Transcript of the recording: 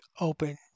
open